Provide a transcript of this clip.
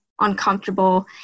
uncomfortable